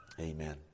amen